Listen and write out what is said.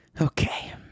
Okay